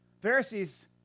Pharisees